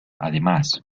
además